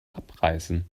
abreißen